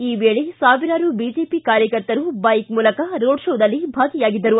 ಈ ವೇಳೆ ಸಾವಿರಾರು ಬಿಜೆಪಿ ಕಾರ್ಯಕರ್ತರು ಬೈಕ್ ಮೂಲಕ ರೋಡ್ ಶೋದಲ್ಲಿ ಭಾಗಿಯಾಗಿದ್ದರು